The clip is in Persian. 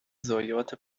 ضایعات